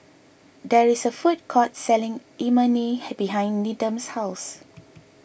there is a food court selling Imoni behind Needham's house